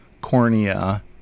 cornea